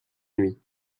nuit